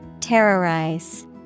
Terrorize